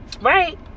right